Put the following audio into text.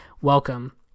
welcome